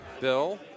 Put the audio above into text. Bill